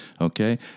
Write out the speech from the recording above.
Okay